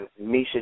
Misha